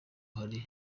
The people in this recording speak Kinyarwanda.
hari